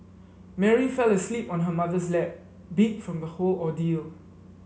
Mary fell asleep on her mother's lap beat from the whole ordeal